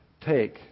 take